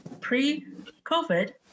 pre-COVID